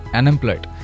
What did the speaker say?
unemployed